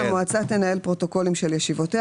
"(ד) המועצה תנהל פרוטוקולים של ישיבותיה